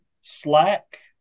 slack